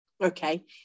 okay